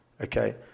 Okay